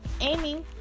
Amy